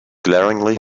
glaringly